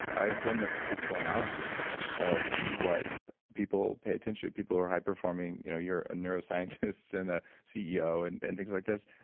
i've done the statistical analysis of what people pay attention to. people who are high performing. you know you're a neuroscientist, and a ceo and and things like this.